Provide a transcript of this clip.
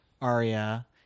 Arya